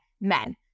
men